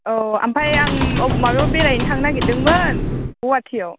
औ ओमफ्राय आं माबायाव बेरायहैनो थांनो नागिरदोंमोन गुवाहाटिआव